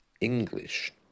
English